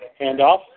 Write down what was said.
Handoff